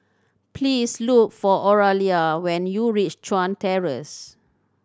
please look for Oralia when you reach Chuan Terrace